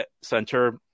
center